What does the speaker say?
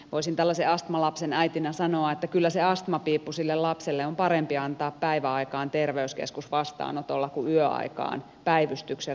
voisin tällaisen astmalapsen äitinä sanoa että kyllä se astmapiippu sille lapselle on parempi antaa päiväaikaan terveyskeskusvastaanotolla kuin yöaikaan päivystyksen ruuhkassa